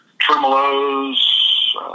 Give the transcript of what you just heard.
tremolos